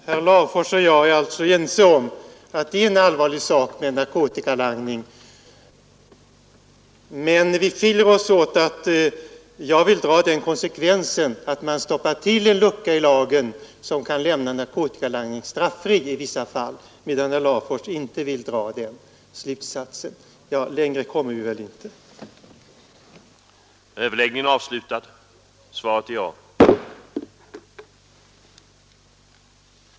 Herr talman! Herr Larfors och jag är alltså ense om att narkotikalangning är en allvarlig sak, men våra uppfattningar skiljer sig därigenom att jag vill dra den konsekvensen att man bör stoppa till den lucka i lagen som kan lämna narkotikalangningen straffri i vissa fall, medan herr Larfors inte vill dra den slutsatsen. — Längre kommer vi väl inte gav följande resultat: